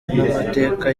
n’amateka